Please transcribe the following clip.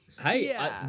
Hey